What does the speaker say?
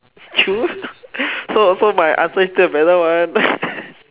true so so my answer is still the better one